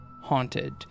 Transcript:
haunted